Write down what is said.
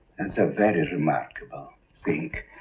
that's a very remarkable thing.